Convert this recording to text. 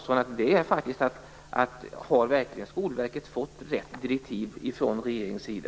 Skolverket fått rätt direktiv från regeringens sida?